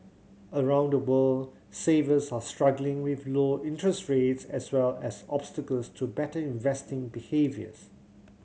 around the world savers are struggling with low interest rates as well as obstacles to better investing behaviours